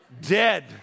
dead